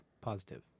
positive